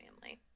family